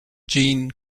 jeanne